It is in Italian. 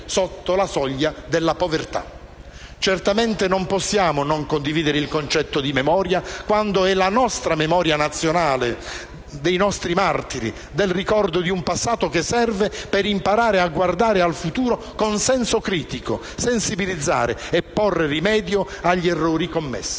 sotto la soglia della povertà. Certamente non possiamo non condividere il concetto di memoria quando è la memoria nazionale della nostra storia, dei nostri martiri, del ricordo di un passato che serve per imparare a guardare al futuro con senso critico, sensibilizzare, e porre rimedio agli errori commessi.